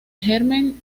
germen